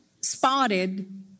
spotted